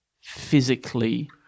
physically